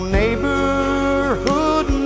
neighborhood